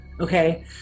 Okay